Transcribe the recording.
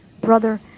Brother